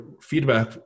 feedback